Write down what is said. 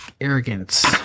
arrogance